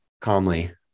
calmly